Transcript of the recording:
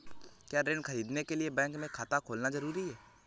क्या ऋण ख़रीदने के लिए बैंक में खाता होना जरूरी है?